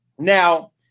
Now